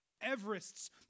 Everest's